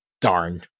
Darn